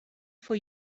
for